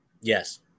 Yes